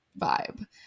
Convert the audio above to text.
vibe